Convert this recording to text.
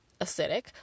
acidic